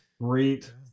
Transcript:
great